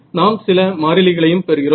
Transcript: நாம் சில மாறிலி களையும் பெறுகிறோம்